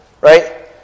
right